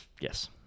Yes